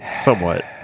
Somewhat